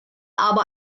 aber